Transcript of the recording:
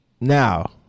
now